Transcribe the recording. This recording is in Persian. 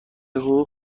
حقوق